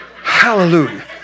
Hallelujah